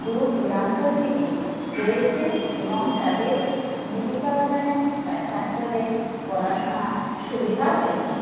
দূর দূরান্ত থেকে রয়েছে এবং তাদের জীবিকা অর্জনে বা ছাত্রদের পড়াশোনার সুবিধাও হয়েছে